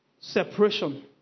separation